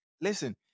listen